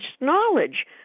knowledge